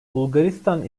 bulgaristan